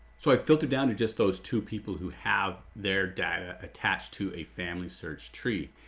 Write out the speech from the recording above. so i've filtered down to just those two people who have their data attached to a family search tree.